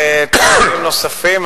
ותקציבים נוספים.